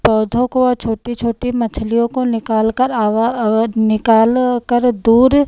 पौधों को व छोटी छोटी मछलियों को निकालकर आवा आव निकल कर दूर